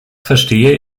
verstehe